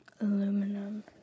Aluminum